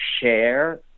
share